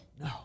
No